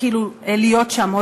להיות שם,